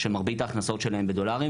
שמרבית ההכנסות שלהם בדולרים,